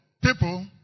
people